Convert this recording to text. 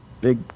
big